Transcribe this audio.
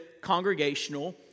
congregational